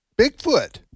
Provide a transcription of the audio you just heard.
Bigfoot